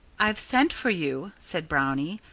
i've sent for you, said brownie,